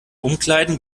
umkleiden